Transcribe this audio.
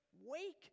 wake